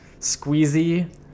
squeezy